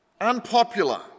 Unpopular